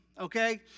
okay